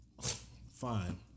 fine